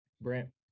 Brent